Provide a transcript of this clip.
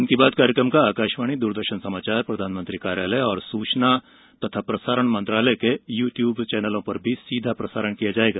मन की बात कार्यक्रम का आकाशवाणी दूरदर्शन समाचार प्रधानमंत्री कार्यालय और सूचना तथा प्रसारण मंत्रालय के यू ट्यूब चौनलों पर भी सीधा प्रसारण किया जाएगा